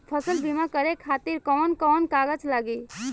फसल बीमा करे खातिर कवन कवन कागज लागी?